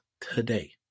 today